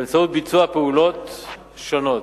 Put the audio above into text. באמצעות ביצוע פעולות שונות.